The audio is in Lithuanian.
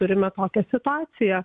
turime tokią situaciją